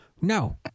No